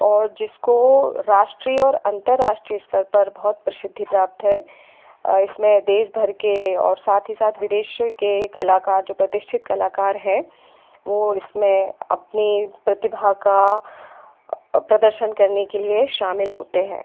और जिसको राष्ट्रीय और अंतरराष्ट्रीय स्तर पर बहुत प्रसिद्धि प्राप्त है इसमें देशभर के और साथ ही साथ विदेशों के कलाकार जो प्रतिष्ठित कलाकार हैं वो इसमें अपनी प्रतिभा का प्रदर्शन करने के लिए शामिल होते हैं